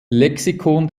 lexikon